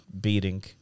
beating